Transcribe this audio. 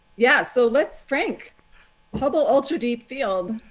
yeah. so let's frank hubble ultra deep field.